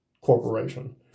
corporation